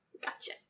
Gotcha